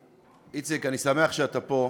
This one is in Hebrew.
איציק, אני שמח שאתה פה.